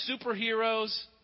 superheroes